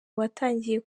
watangiye